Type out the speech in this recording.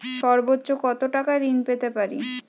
সর্বোচ্চ কত টাকা ঋণ পেতে পারি?